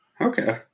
Okay